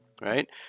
right